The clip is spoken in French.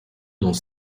dans